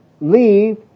leave